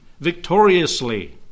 victoriously